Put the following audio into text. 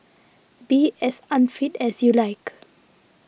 be as unfit as you like